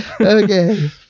Okay